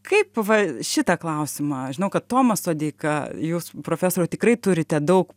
kaip va šitą klausimą žinau kad tomas sodeika jūs profesoriau tikrai turite daug